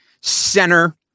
center